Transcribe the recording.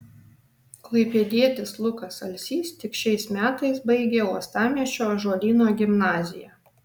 klaipėdietis lukas alsys tik šiais metais baigė uostamiesčio ąžuolyno gimnaziją